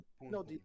no